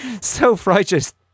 self-righteous